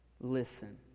listen